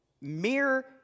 Mere